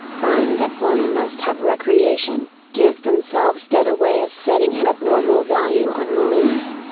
crying that one must have recreation, give themselves dead away as setting an abnormal value on release.